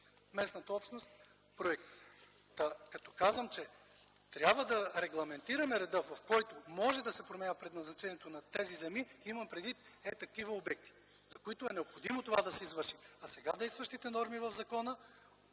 местната общност. Като казвам, че трябва да регламентираме реда, в който може да се променя предназначението на тези земи, имам предвид ето такива обекти, за които е необходимо това да се извърши. Сега действащите норми в закона